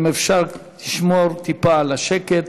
אם אפשר לשמור טיפה על השקט.